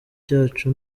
cyacu